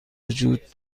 وجود